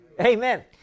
Amen